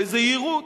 בזהירות.